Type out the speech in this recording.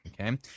Okay